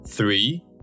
Three